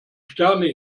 sterne